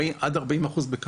עלויות.